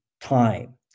time